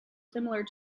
similar